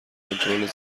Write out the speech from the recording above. کنترل